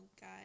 guy